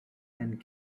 and